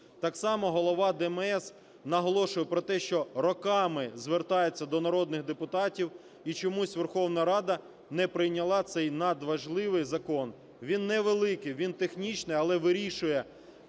Так само голова ДМС наголошує про те, що роками звертається до народних депутатів і чомусь Верховна Рада не прийняла цей надважливий закон. Він невеликий, він технічний, але вирішує